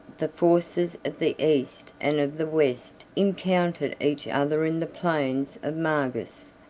the forces of the east and of the west encountered each other in the plains of margus,